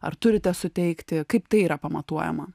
ar turite suteikti kaip tai yra pamatuojama